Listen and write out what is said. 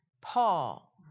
Paul